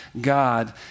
God